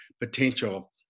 potential